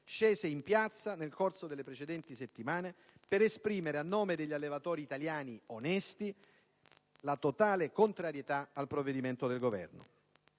scese in piazza nel corso delle precedenti settimane, per esprimere, a nome degli allevatori italiani onesti, la totale contrarietà al provvedimento del Governo.